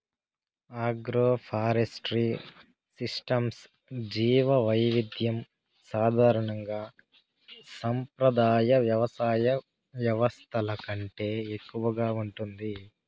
agroforestry సిస్టమ్స్లో జీవవైవిధ్యం సాధారణంగా సంప్రదాయ వ్యవసాయ వ్యవస్థల కంటే ఎక్కువగా ఉంటుంది